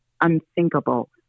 unthinkable